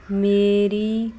ਮੇਰੀ